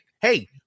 Hey